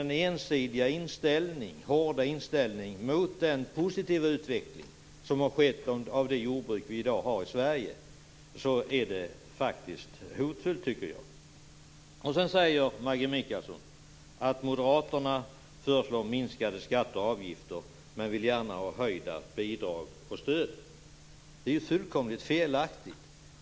Den ensidiga och hårda inställning mot den positiva utveckling som skett tycker jag dock är hotfull, mot bakgrund av det jordbruk som vi i dag har i Maggi Mikaelsson säger också att moderaterna föreslår minskade skatter och avgifter men vill gärna ha höjda bidrag och stöd. Det är fullkomligt felaktigt.